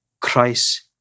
Christ